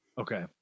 okay